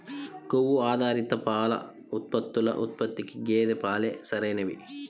కొవ్వు ఆధారిత పాల ఉత్పత్తుల ఉత్పత్తికి గేదె పాలే సరైనవి